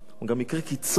הוא גם מקרה קיצון.